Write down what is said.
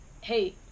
hey